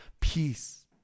peace